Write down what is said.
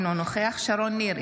אינו נוכח שרון ניר,